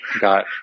got